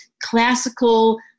classical